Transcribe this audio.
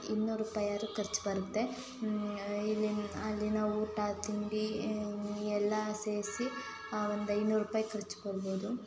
ಇನ್ನೂರು ರೂಪಾಯಿ ಆದರೂ ಖರ್ಚು ಬರುತ್ತೆ ಇಲ್ಲಿನ ಅಲ್ಲಿನ ಊಟ ತಿಂಡಿ ಎಲ್ಲ ಸೇರಿಸಿ ಒಂದು ಐನೂರು ರೂಪಾಯಿ ಖರ್ಚು ಬರ್ಬೋದು